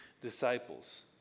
disciples